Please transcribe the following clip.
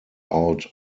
out